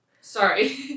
sorry